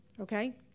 Okay